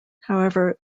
however